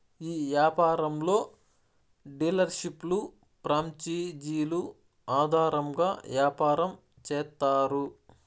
ఈ యాపారంలో డీలర్షిప్లు ప్రాంచేజీలు ఆధారంగా యాపారం చేత్తారు